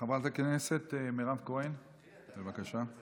חברת הכנסת מירב כהן, בבקשה.